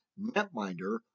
netminder